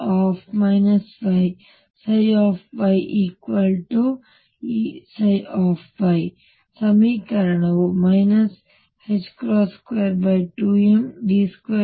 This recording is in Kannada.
ಆದ್ದರಿಂದ ಸಮೀಕರಣವು 22md2dy2VyyEψy